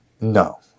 No